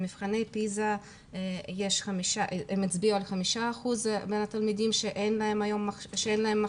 מבחני פיזה מצביעים על חמישה אחוזים מהתלמידים שאין להם מחשב,